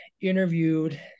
interviewed